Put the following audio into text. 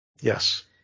Yes